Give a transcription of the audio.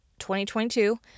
2022